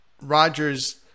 Rodgers